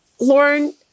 Lauren